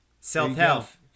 Self-health